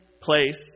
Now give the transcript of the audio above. place